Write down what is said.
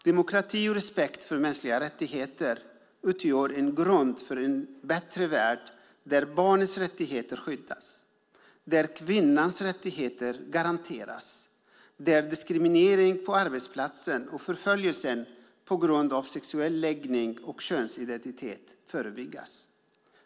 Demokrati och respekt för mänskliga rättigheter utgör en grund för en bättre värld där barnets rättigheter skyddas, där kvinnans rättigheter garanteras, där diskriminering på arbetsplatsen och förföljelsen på grund av sexuell läggning och könsidentitet förebyggs.